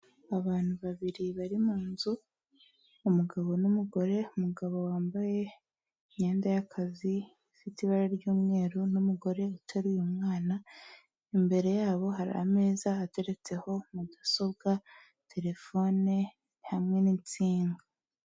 Abantu babiri bari mu nzu, umugabo n'umugore, umugabo wambaye imyenda y'akazi ifite ibara ry'umweru n'umugore uteruye umwana, imbere yabo hari ameza ateretseho mudasobwa, telefone, hamwe n'insinga.